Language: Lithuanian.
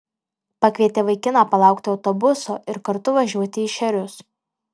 pakvietė vaikiną palaukti autobuso ir kartu važiuoti į šėrius